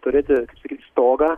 turėti stogą